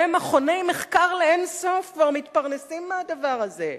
ומכוני מחקר לאין סוף כבר מתפרנסים מהדבר הזה,